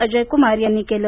अजय कुमार यांनी केलं